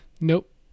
Nope